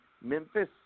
Memphis